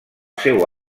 seu